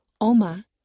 Oma